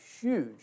huge